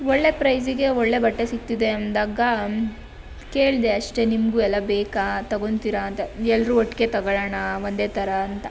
ಒಳ್ಳೆಯ ಪ್ರೈಝಿಗೆ ಒಳ್ಳೆಯ ಬಟ್ಟೆ ಸಿಕ್ತಿದೆ ಅಂದಾಗ ಕೇಳಿದೆ ಅಷ್ಟೆ ನಿಮಗೂ ಎಲ್ಲ ಬೇಕಾ ತೊಗೊಂತೀರಾ ಅಂತ ಎಲ್ಲರೂ ಒಟ್ಟಿಗೆ ತೊಗೊಳ್ಳೋಣ ಒಂದೇ ಥರ ಅಂತ